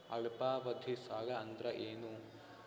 ಅಲ್ಪಾವಧಿ ಸಾಲ ಅಂದ್ರ ಏನು?